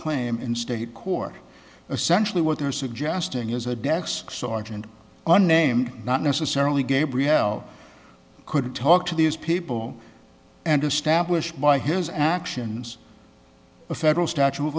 claim in state court essentially what they're suggesting is a desk sergeant unnamed not necessarily gabriel could talk to these people and establish by his actions a federal statute of